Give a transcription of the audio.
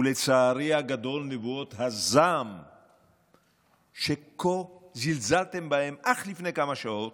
לצערי הגדול נבואות הזעם שכה זלזלתם בהן אך לפני כמה שעות,